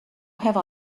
have